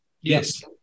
Yes